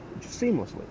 seamlessly